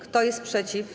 Kto jest przeciw?